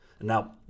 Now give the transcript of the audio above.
Now